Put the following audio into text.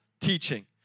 teaching